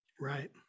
Right